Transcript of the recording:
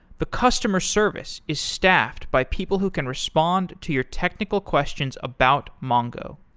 the customer service is staffed by people who can respond to your technical questions about mongo.